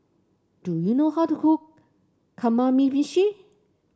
do you know how to cook Kamameshi